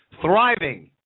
thriving